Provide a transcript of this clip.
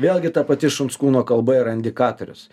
vėlgi ta pati šuns kūno kalba yra indikatorius